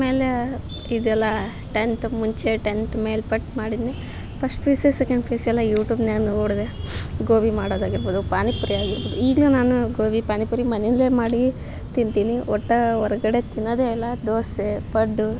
ಆಮೇಲೆ ಇದೆಲ್ಲ ಟೆಂತ್ ಮುಂಚೆ ಟೆಂತ್ ಮೇಲ್ಪಟ್ಟು ಮಾಡಿದ್ನೇ first P U C second P U ಸಿಯೆಲ್ಲ ಯೂಟ್ಯೂಬ್ನಾ ನೋಡ್ದೆ ಗೋಬಿ ಮಾಡೋದಾಗ್ಬೋದು ಪಾನಿಪುರಿ ಆಗಿರ್ಬ್ ಈಗ್ಲೂ ನಾನ್ ಗೋಬಿ ಪಾನಿಪುರಿ ಮನೇಲೆ ಮಾಡಿ ತಿಂತೀನಿ ಒಟ್ಟ ಹೊರ್ಗಡೆ ತಿನ್ನೋದೆ ಇಲ್ಲ ದೋಸೆ ಪಡ್ಡು